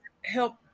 help